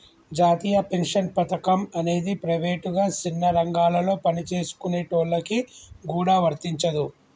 జాతీయ పెన్షన్ పథకం అనేది ప్రైవేటుగా సిన్న రంగాలలో పనిచేసుకునేటోళ్ళకి గూడా వర్తించదు